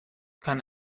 kann